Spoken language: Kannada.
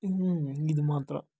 ಇನ್ನೂ ಇದು ಮಾತ್ರ